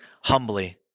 humbly